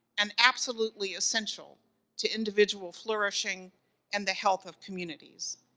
and absolutely essential to individual flourishing and the health of communities.